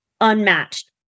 unmatched